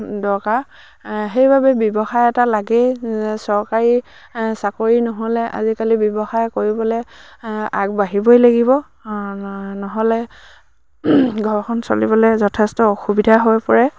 দৰকাৰ সেইবাবে ব্যৱসায় এটা লাগেই চৰকাৰী চাকৰি নহ'লে আজিকালি ব্যৱসায় কৰিবলে আগবাঢ়িবই লাগিব নহ'লে ঘৰখন চলিবলে যথেষ্ট অসুবিধা হৈ পৰে